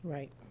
Right